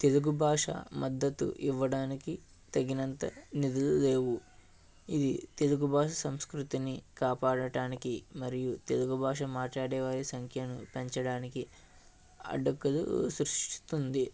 తెలుగు భాష మద్దతు ఇవ్వడానికి తగినంత నిధులు లేవు ఇది తెలుగు భాష సంస్కృతిని కాపాడటానికి మరియు తెలుగు భాష మాట్లాడే వారి సంఖ్యను పెంచడానికి అడ్డంకులు సృష్టిస్తుంది